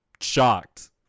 shocked